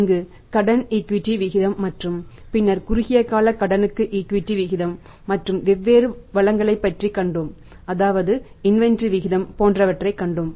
அங்கு கடனுக்கு ஈக்விட்டி விகிதம் போன்றவற்றை கண்டோம்